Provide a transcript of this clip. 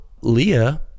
Leah